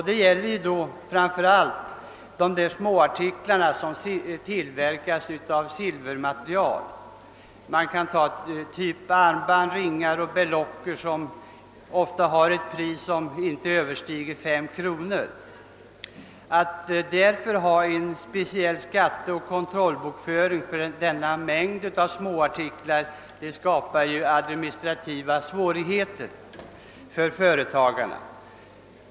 Det gäller då framför allt de småartiklar som tillverkas av silvermaterial. Man kan ta typen armband, ringar och berlocker, som betingar ett pris vilket ofta inte överstiger 5 kronor. Att ha en speciell skatt och kontrollbokföring för denna mängd av småartiklar skapar administrativa svårigheter för företagarna.